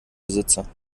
besitzer